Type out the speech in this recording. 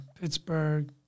Pittsburgh